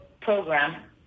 program